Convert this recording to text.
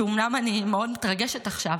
שאומנם אני מאוד מתרגשת עכשיו,